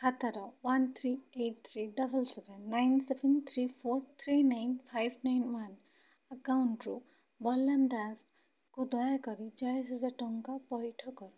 ଖାତାର one three eight three double seven nine seven three four three nine five nine one ଆକାଉଣ୍ଟରୁ ବଳରାମ ଦାସଙ୍କୁ ଦୟାକରି ଚାଳିଶି ହଜାର ଟଙ୍କା ପୈଠ କର